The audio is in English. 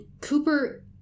Cooper